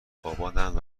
خواباندند